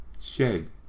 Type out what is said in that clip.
shed